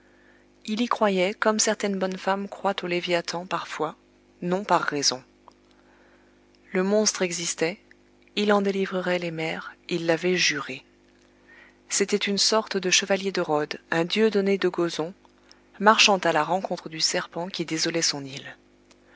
il y croyait comme certaines bonnes femmes croient au léviathan par foi non par raison le monstre existait il en délivrerait les mers il l'avait juré c'était une sorte de chevalier de rhodes un dieudonné de gozon marchant à la rencontre du serpent qui désolait son île